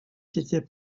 c’était